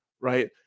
right